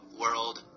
world